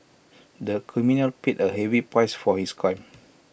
the criminal paid A heavy price for his crime